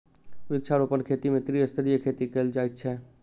वृक्षारोपण खेती मे त्रिस्तरीय खेती कयल जाइत छै